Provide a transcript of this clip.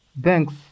Thanks